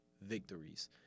victories